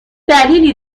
دلیلی